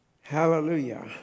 Hallelujah